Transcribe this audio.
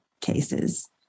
cases